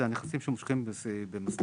אלא הנכסים שמושקעים במסלול,